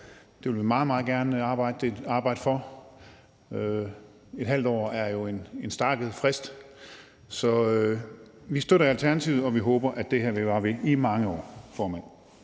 det vil vi meget, meget gerne arbejde for. Et halvt år er jo en stakket frist. Vi støtter det i Alternativet, og vi håber, at det her vil vare ved i mange år,